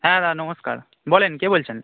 হ্যাঁ দাদা নমস্কার বলুন কে বলছেন